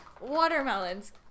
watermelons